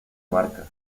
marca